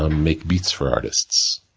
and make beats for artists,